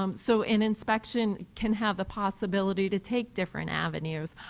um so and inspection can have the probability to take different avenues,